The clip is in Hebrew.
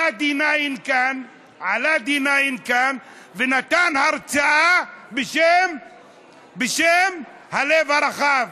עלה D9 כאן ונתן הרצאה בשם הלב הרחב.